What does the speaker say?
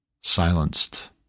silenced